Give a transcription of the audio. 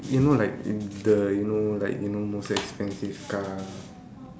you know like if the you know like you know most expensive car